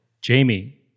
Jamie